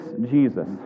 Jesus